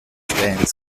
spanned